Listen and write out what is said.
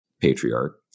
patriarch